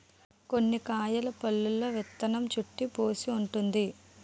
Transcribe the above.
కొన్ని కాయల పల్లులో విత్తనం చుట్టూ పీసూ వుంటుంది